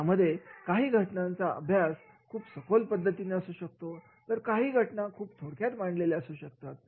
यामध्ये काही घटनांचा अभ्यास खूप सखोल पद्धतीने असू शकतो तर काही घटना खूप थोडक्यात मांडलेले असू शकतात